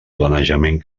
planejament